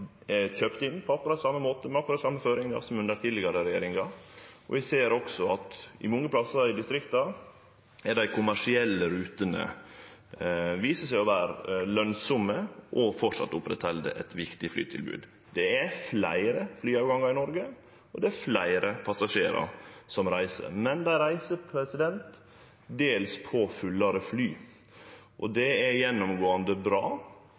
er kjøpt inn på akkurat same måte og med akkurat same føringar som under tidlegare regjeringar. Eg ser også at mange plassar i distrikta viser det seg at dei kommersielle rutene er lønsame og at ein framleis opprettheld eit viktig flytilbod. Det er fleire flyavgangar i Noreg, og det er fleire passasjerar som reiser. Men dei reiser dels på fullare fly, og det er gjennomgåande bra